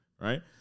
right